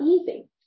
easy